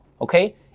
okay